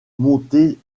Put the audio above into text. montée